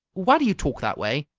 why do you talk that way?